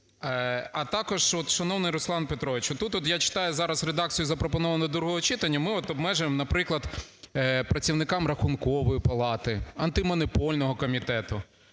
А також, от, шановний Руслан Петрович, отут я читаю зараз редакцію запропонованого до другого читання. Ми обмежуємо, наприклад, працівникам Рахункової палати, Антимонопольного комітету.